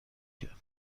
کرد